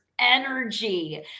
energy